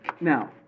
Now